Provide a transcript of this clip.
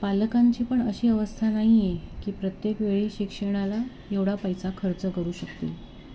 पालकांची पण अशी अवस्था नाही आहे की प्रत्येक वेळी शिक्षणाला एवढा पैसा खर्च करू शकतील